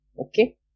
Okay